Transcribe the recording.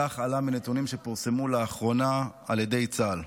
כך עלה מנתונים שפורסמו לאחרונה על ידי צה"ל.